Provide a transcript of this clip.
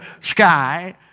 sky